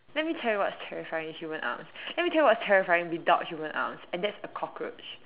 let me tell you what is terrifying with human arms let me tell you what's terrifying without human arms and that's a cockroach